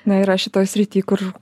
na yra šitoj srity kur